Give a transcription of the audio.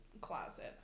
closet